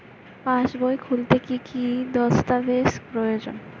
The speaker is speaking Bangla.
পাসবই খুলতে কি কি দস্তাবেজ প্রয়োজন?